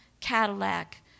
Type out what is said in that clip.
Cadillac